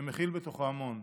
שמכיל בתוכו המון,